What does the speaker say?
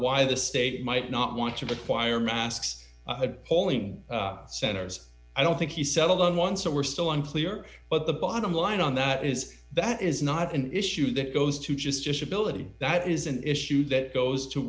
why the state might not i want to require masks polling centers i don't think he settled on one so we're still unclear but the bottom line on that is that is not an issue that goes to just disability that is an issue that goes to